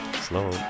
Slow